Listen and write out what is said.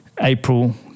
April